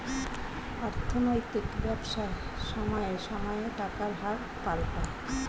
অর্থনৈতিক ব্যবসায় সময়ে সময়ে টাকার হার পাল্টায়